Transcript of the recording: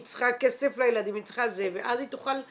היא צריכה כסף לילדים ואז היא תוכל-